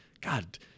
God